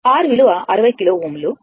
R విలువ 60 kilo Ω